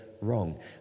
wrong